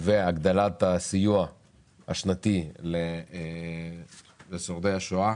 והגדלת הסיוע השנתי לשורדי השואה